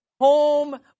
home